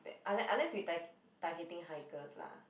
that unless unless we tar~ targeting hikers lah